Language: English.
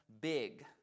big